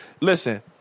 Listen